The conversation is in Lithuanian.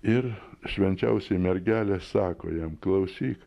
ir švenčiausioji mergelė sako jam klausyk